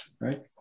right